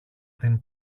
την